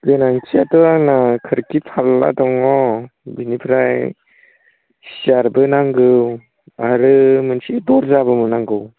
गोनांथियाथ' आंना खोरखि फारला दङ बेनिफ्राय सियारबो नांगौ आरो मोनसे दरजाबो नांगौ